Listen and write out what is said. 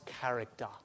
character